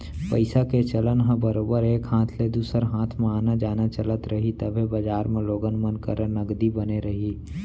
पइसा के चलन ह बरोबर एक हाथ ले दूसर हाथ म आना जाना चलत रही तभे बजार म लोगन मन करा नगदी बने रही